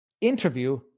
interview